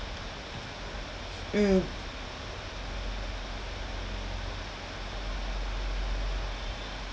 mm